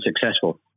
successful